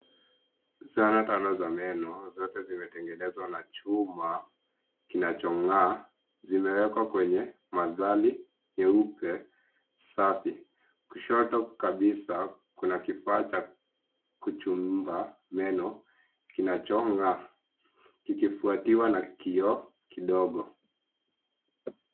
Zana tano za meno zote zimetengenezwa na chuma kinachong'aa. Zimewekwa kwenye mandhari meupe safi. Kushoto kabisa kuna kifaa cha kuchuumba meno kinachong'aa kikifuatiwa na kioo kidogo.